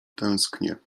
tęsknie